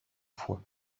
fois